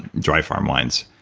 dry farm wines.